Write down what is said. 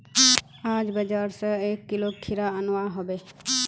आज बाजार स एक किलो खीरा अनवा हबे